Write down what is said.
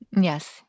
Yes